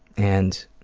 and